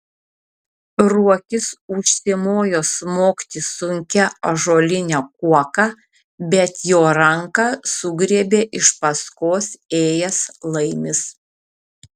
ruokis užsimojo smogti sunkia ąžuoline kuoka bet jo ranką sugriebė iš paskos ėjęs laimis